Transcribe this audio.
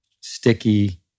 sticky